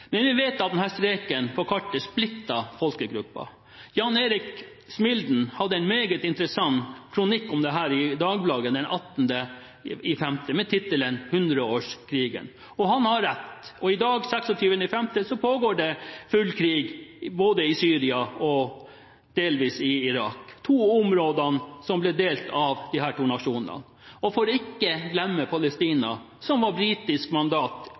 Men det vi vet, er at denne streken på kartet splittet folkegrupper. Jan-Erik Smilden hadde en meget interessant kronikk om dette i Dagbladet den 18. mai med tittelen «100 års krigen». Og han har rett – i dag, 26. mai, pågår det full krig både i Syria og delvis i Irak, to av områdene som ble delt av de to nasjonene. For ikke å glemme Palestina – som var britisk